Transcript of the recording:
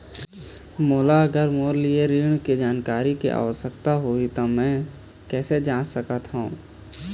मोला अगर मोर लिए हुए ऋण के जानकारी के आवश्यकता होगी त मैं कैसे जांच सकत हव?